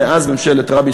מאז ממשלת רבין,